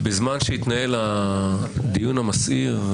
בזמן שהתנהל הדיון המסעיר,